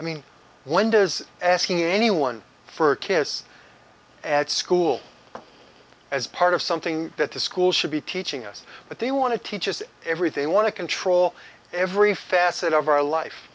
i mean linda is asking anyone for a kiss at school as part of something that the school should be teaching us but they want to teach us everything i want to control every facet of our life